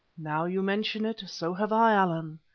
now you mention it, so have i, allan.